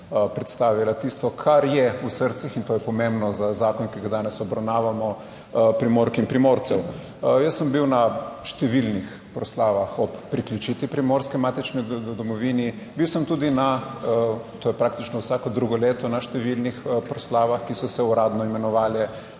predstavila tisto, kar je v srcih in to je pomembno za zakon, ki ga danes obravnavamo, Primork in Primorcev. Jaz sem bil na številnih proslavah ob priključitvi Primorske matični domovini, bil sem tudi na, to je praktično vsako drugo leto, na številnih proslavah, ki so se uradno imenovale